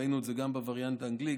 ראינו את זה גם בווריאנט האנגלי,